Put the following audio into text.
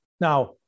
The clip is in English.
now